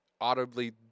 audibly